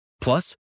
Plus